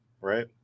right